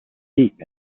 deep